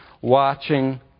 watching